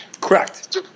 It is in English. Correct